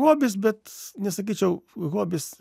hobis bet nesakyčiau hobis